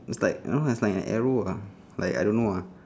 is like um it's like an arrow lah like I don't know uh